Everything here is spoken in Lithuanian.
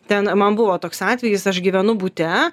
ten man buvo toks atvejis aš gyvenu bute